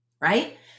right